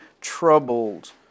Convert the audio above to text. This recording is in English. troubled